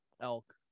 elk